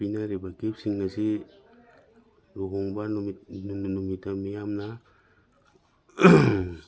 ꯄꯤꯅꯔꯤꯕ ꯒꯤꯐꯁꯤꯡ ꯑꯁꯤ ꯂꯨꯍꯣꯡꯕ ꯅꯨꯃꯤꯠꯇ ꯃꯤꯌꯥꯝꯅ